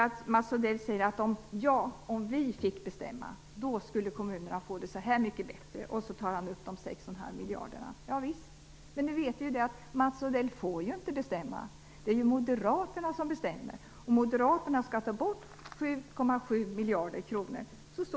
Mats Odell säger: Om vi fick bestämma, skulle kommunerna få det mycket bättre. Sedan pekar han på de 6 1⁄2 miljarderna. Det är moderaterna som bestämmer, och de skall ta bort 7,7 miljarder kronor.